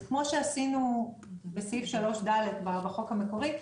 אז כמו שעשינו בסעיף 3(ד) בחוק המקורי,